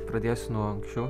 pradėsiu nuo anksčiau